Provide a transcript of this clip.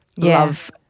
love